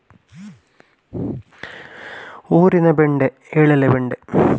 ಹಾನಿಕಾರಕ ಜೀವಿಗಳನ್ನು ಎದುರಿಸಿ ಬೆಳೆಯುವ ಬೆಂಡೆ ಬೀಜ ತಳಿ ಯಾವ್ದು?